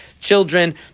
children